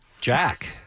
Jack